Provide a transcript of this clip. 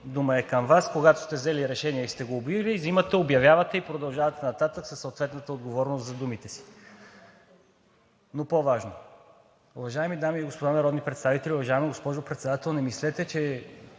дума е към Вас. Когато сте взели решение и сте го обявили, взимате, обявявате и продължавате нататък със съответната отговорност за думите си. Но по-важно, уважаеми дами и господа народни представители, уважаема госпожо Председател, не мислете, че